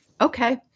Okay